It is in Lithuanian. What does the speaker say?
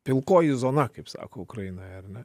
pilkoji zona kaip sako ukrainoj ar ne